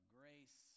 grace